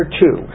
two